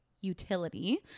utility